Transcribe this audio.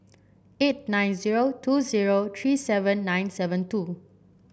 eight nine zero two zero three seven nine seven two